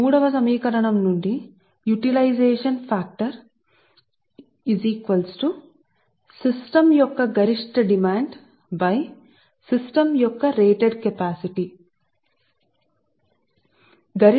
మరియు సమీకరణం 2 నుండి యుటిలైజషన్ ఫాక్టర్ UF వ్యవస్థ యొక్క గరిష్ట డిమాండ్ సిస్టమ్ కెపాసిటీ రేట్ చేయబడింది